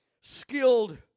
skilled